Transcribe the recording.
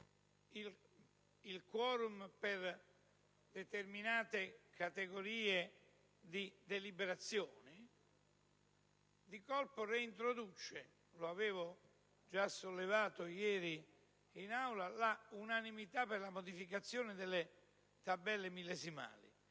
il *quorum* per determinate categorie di deliberazione, di colpo reintroduce - avevo già sollevato la questione ieri in Aula - l'unanimità per la modificazione delle tabelle millesimali.